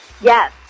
Yes